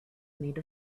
made